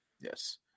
Yes